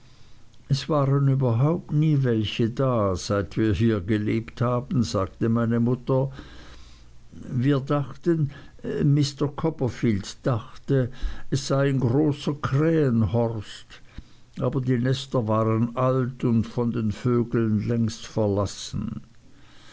es waren überhaupt nie welche da seit wir hier gelebt haben sagte meine mutter wir dachten mr copperfield dachte es sei ein großer krähenhorst aber die nester waren alt und von den vögeln längst verlassen